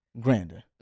Grander